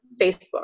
Facebook